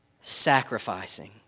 sacrificing